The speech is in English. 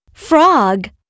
Frog